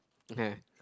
okay